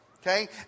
Okay